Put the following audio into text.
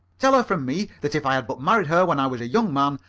tell her from me that if i had but married her when i was a young man,